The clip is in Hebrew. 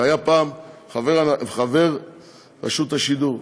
שהיה פעם חבר רשות השידור,